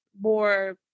more